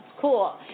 cool